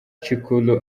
cikuru